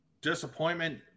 Disappointment